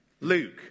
Luke